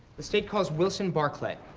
the state calls wilson barclay.